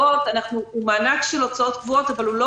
יש מענק להוצאות קבועות אבל הוא לא